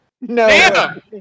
no